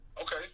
Okay